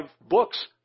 books